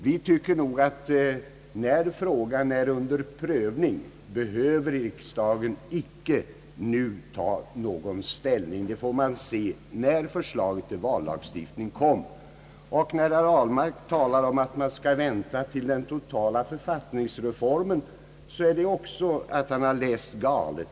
Vi tycker nog att när frågan är under prövning behöver riksdagen inte nu ta någon ställning. Det får man göra när förslaget till vallagstiftning kommer. Då herr Ahlmark talar om att man skall avvakta den totala författningsreformen beror det också på att han har läst galet.